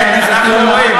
כן, אנחנו רואים.